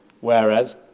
Whereas